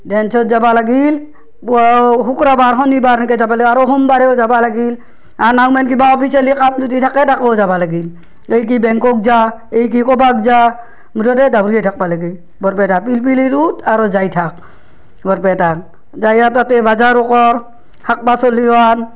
ডেন্সত যাবা লাগিল পুৱা অঁ শুক্ৰবাৰ শনিবাৰ এনকে যাবা লাগে আৰু সোমবাৰেও যাবা লাগিল আৰু নাওমেন কিবা অ'ফিচিয়েলি কাম যদি থাকে তাকো যাব লাগিল এই কি বেংকক যা এই কি ক'বাক যা মুঠতে দাউৰিয়ে থাকবা লাগে বৰপেটা পিল পিলিত উঠ আৰু যাই থাক বৰপেটাক যাই আৰু তাতে বাজাৰো কৰ শাক পাচলিও আন